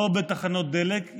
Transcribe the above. לא בתחנות דלק.